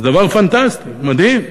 זה דבר פנטסטי, מדהים.